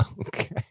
Okay